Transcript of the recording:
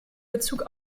bezug